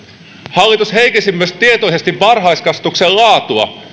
hallitus myös heikensi tietoisesti varhaiskasvatuksen laatua